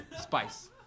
Spice